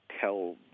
tell